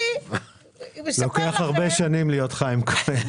אני משוחחת הרבה --- לוקח הרבה שנים להיות חיים כהן,